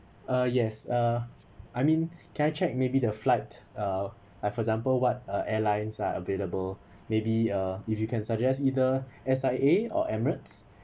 uh yes uh I mean can I check maybe the flight uh uh for example what airlines are available maybe uh if you can suggest either S_I_A or emirates